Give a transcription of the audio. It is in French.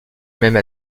même